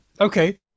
Okay